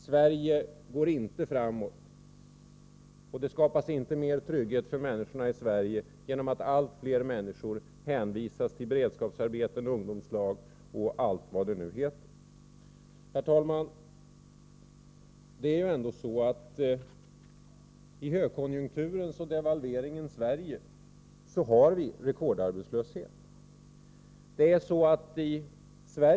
Sverige går inte framåt och det skapas inte mer trygghet för människorna i Sverige genom att allt fler hänvisas till beredskapsarbeten, ungdomslag och allt vad det nu heter. Herr talman! I högkonjunkturens och devalveringens Sverige har vi rekordarbetslöshet.